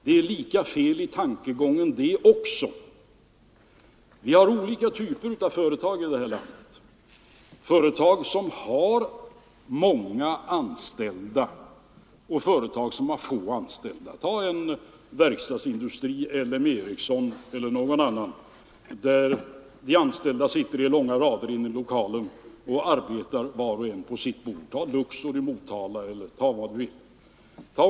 Det är en lika felaktig tankegång. Vi har olika typer av företag i vårt land — företag med många anställda och företag med få anställda. Se å ena sidan på en verkstadsindustri, t.ex. LM Ericsson, där de anställda sitter i långa rader och arbetar var och en vid sitt bord, Luxor i Motala eller någon annan sådan industri.